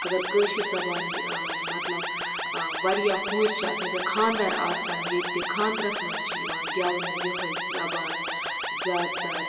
اگر کٲشِر زَبان یہِ ٲں مطلب ٲں واریاہ ہورۍ چھِ اَتھ منٛز یا خاندَر آسان ییٚتہِ خانٛدرَس منٛز چھِ یِوان گیٚونہٕ یِہٲے زَبان زیادٕ تَر